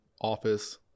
office